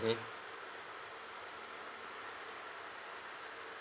mm